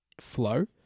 flow